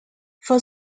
for